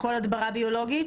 הכול הדברה ביולוגית?